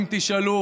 אם תשאלו